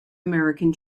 american